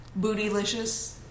Bootylicious